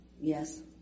Yes